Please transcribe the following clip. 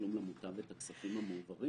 התשלום על ביטול הוראת תשלום כאמור בסעיף